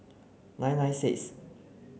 nine nine six